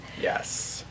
Yes